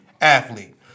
athlete